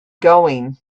going